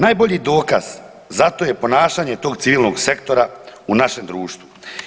Najbolji dokaz za to je ponašanje tog civilnog sektora u našem društvu.